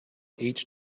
each